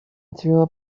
through